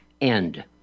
end